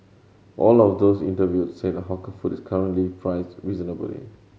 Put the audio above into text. all of those interviewed said the hawker food is currently priced reasonably